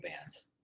bands